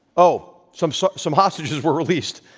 oh, some so some hostages were released,